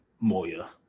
Moya